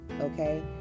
Okay